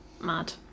Mad